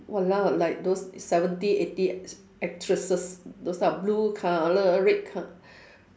!walao! like those seventy eighty actresses those type of blue colour red col~